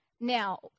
Now